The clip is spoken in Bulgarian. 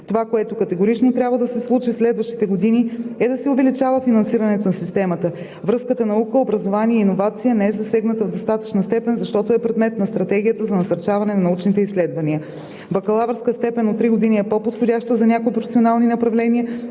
Това, което категорично трябва да се случи в следващите години, е да се увеличава финансирането на системата. Връзката наука – образование – иновация не е засегната в достатъчна степен, защото е предмет на Стратегията за насърчаване на научните изследвания. Бакалавърска степен от три години е по подходяща за някои професионални направления,